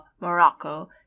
Morocco